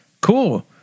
cool